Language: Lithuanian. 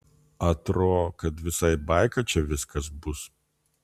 atro kad visai baika čia viskas bus